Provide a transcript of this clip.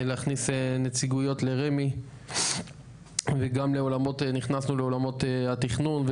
להכניס נציגויות לרמ"י וגם נכנסנו לעולמות התכנון,